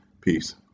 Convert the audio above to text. Peace